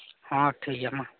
ᱦᱚᱸ ᱴᱷᱤᱠ ᱜᱮᱭᱟ ᱢᱟ